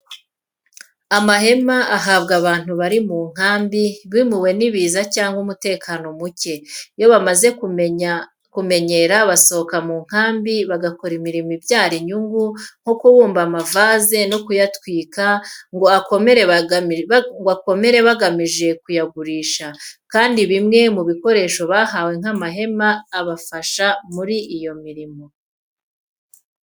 Amahema ahabwa abantu bari mu nkambi, bimuwe n'ibiza cyangwa umutekano mucye; iyo bamaze kumenyera basohoka mu nkambi bagakora imirimo ibyara inyungu nko kubumba amavaze no kuyatwika ngo akomere bagamije kuyagurisha, kandi bimwe mu bikoresho bahawe nk'amahema abafasha muri iyo mirimo.